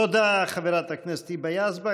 תודה, חברת הכנסת היבה יזבק.